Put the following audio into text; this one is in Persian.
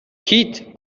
کیت